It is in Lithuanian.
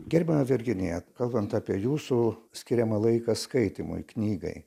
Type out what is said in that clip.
gerbiama virginija kalbant apie jūsų skiriamą laiką skaitymui knygai